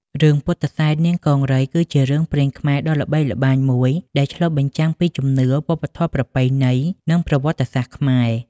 រឿង ពុទ្ធិសែននាងកង្រី គឺជារឿងព្រេងខ្មែរដ៏ល្បីល្បាញមួយ ដែលឆ្លុះបញ្ចាំងពីជំនឿ វប្បធម៌ប្រពៃណី និងប្រវត្តិសាស្ត្រខ្មែរ។